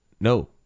No